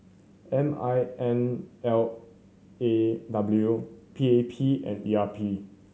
M I N L A W P A P and E R P